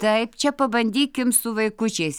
taip čia pabandykim su vaikučiais